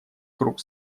круг